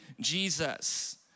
Jesus